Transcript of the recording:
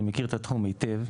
אני מכיר את התחום היטב,